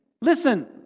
Listen